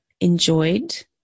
enjoyed